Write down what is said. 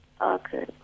Okay